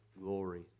glory